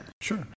Sure